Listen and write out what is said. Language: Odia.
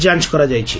ଯାଞ୍ଚ କରାଯାଇଛି